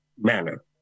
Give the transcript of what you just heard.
manner